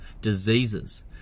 diseases